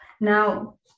Now